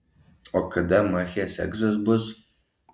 o kada machės egzas bus